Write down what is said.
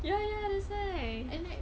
and like